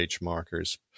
markers